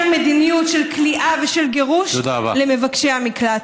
מדיניות של כליאה ושל גירוש למבקשי המקלט.